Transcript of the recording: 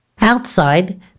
Outside